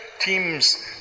teams